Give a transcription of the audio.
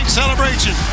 celebration